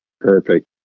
perfect